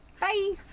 bye